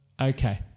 Okay